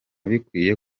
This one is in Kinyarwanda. bikwiye